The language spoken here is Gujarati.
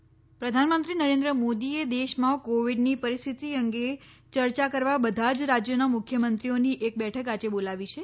બેઠક પ્રધાનમંત્રી નરેન્દ્ર મોદીએ દેશમાં કોવિડની પરિસ્થિતિ અંગે ચર્ચા કરવા બધા જ રાજ્યોના મુખ્યમંત્રીઓની એક બેઠક આજે બોલાવી છે